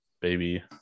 baby